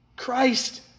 Christ